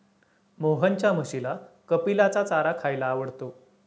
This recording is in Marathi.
मोहनच्या म्हशीला कपिलाचा चारा खायला आवडतो